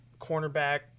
cornerback